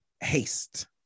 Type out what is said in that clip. haste